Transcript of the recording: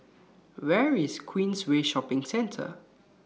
Where IS Queensway Shopping Center